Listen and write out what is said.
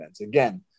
Again